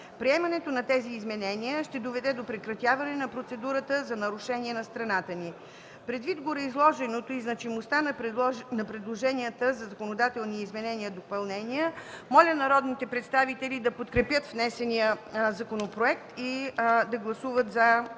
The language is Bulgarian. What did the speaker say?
Приемането на тези изменения ще доведе до прекратяване на процедурата за нарушения на страната ни. Предвид на гореизложеното и значимостта на предложенията за законодателни изменения и допълнения моля народните представители да подкрепят внесения законопроект и да гласуват за